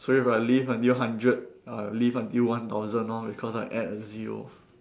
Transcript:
so if I live until hundred I live until one thousand lor because I add a zero